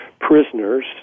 prisoners